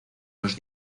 los